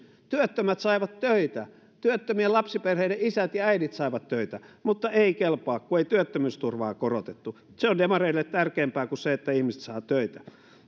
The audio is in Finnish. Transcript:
kun työttömät saivat töitä työttömien lapsiperheiden isät ja äidit saivat töitä mutta ei kelpaa kun ei työttömyysturvaa korotettu se on demareille tärkeämpää kuin se että ihmiset saavat töitä